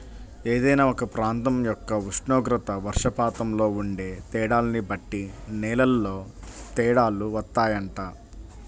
ఏదైనా ఒక ప్రాంతం యొక్క ఉష్ణోగ్రత, వర్షపాతంలో ఉండే తేడాల్ని బట్టి నేలల్లో తేడాలు వత్తాయంట